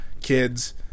kids